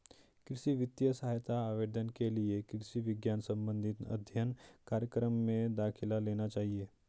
कृषि वित्तीय सहायता आवेदन के लिए कृषि विज्ञान संबंधित अध्ययन कार्यक्रम में दाखिला लेना चाहिए